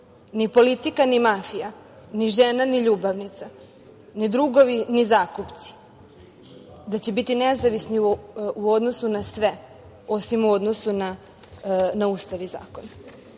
ni politika, ni mafija, ni žena, ni ljubavnica, ni drugovi, ni zakupci, da će biti nezavisni u odnosu na sve osim u odnosu na Ustav i zakon.U